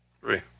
three